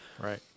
right